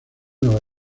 nueva